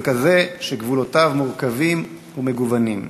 וככזה שגבולותיו מורכבים ומגוונים.